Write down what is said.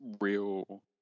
real